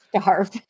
starve